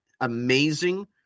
amazing